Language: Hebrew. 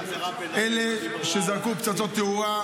אלה שזרקו פצצות תאורה,